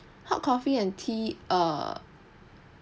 hot coffee and tea err